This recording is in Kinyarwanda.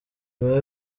ibahe